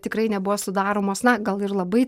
tikrai nebuvo sudaromos na gal ir labai